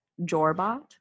Jorbot